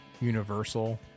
universal